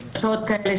בקשות כאלה,